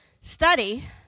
study